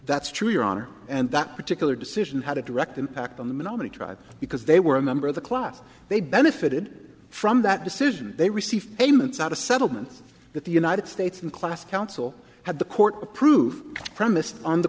that's true your honor and that particular decision had a direct impact on the menominee tribe because they were a member of the class they benefited from that decision they received payments out a settlement that the united states and class council had the court approved premised on the